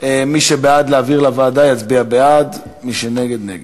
מי שבעד להעביר לוועדה, יצביע בעד, מי שנגד, נגד.